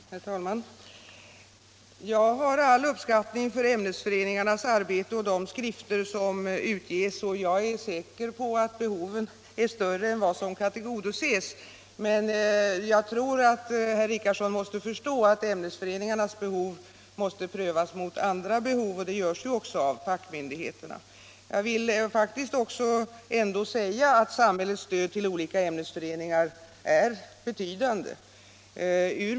Herr talman! Jag hyser stor uppskattning av ämnesföreningarnas arbete och de skrifter som utges. Behoven är säkert större än som nu kan tillgodoses, men herr Richardson måste förstå att ämnesföreningarnas behov måste prövas mot andra behov, vilket görs av fackmyndigheterna. Jag vill faktiskt också säga att samhällets stöd till olika ämnesföreningar är betydande.